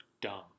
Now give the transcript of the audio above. dumb